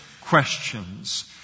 questions